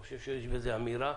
אני חושב שיש בזה אמירה.